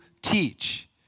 teach